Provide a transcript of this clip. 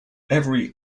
every